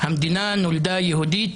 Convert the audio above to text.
שהמדינה נולדה יהודית.